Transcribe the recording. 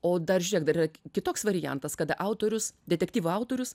o dar žiūrėk dar yra kitoks variantas kad autorius detektyvų autorius